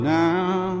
now